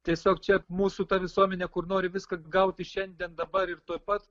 tiesiog čia mūsų visuomenė kur nori viską gauti šiandien dabar ir tuoj pat